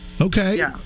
okay